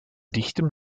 dichtem